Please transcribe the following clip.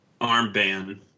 armband